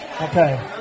Okay